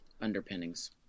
underpinnings